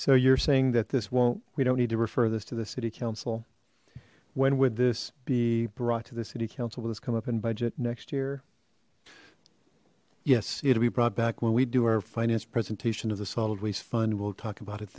so you're saying that this won't we don't need to refer this to the city council when would this be brought to the city council with us come up in budget next year yes it'll be brought back when we do our finance presentation of the solid waste fund we'll talk about it